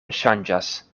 ŝanĝas